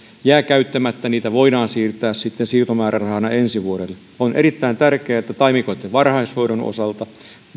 jää käyttämättä sitä voidaan siirtää siirtomäärärahana ensi vuodelle on erittäin tärkeätä että taimikoiden varhaishoidon osalta